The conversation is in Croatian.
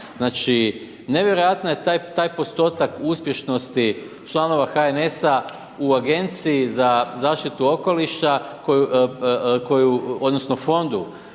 Znači nevjerojatan je taj postotak uspješnosti članova HNS-a u Agenciji za zaštitu okoliša koju, odnosno Fondu